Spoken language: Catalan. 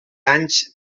anys